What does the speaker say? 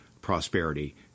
prosperity